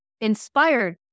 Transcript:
inspired